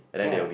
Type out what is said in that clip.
ya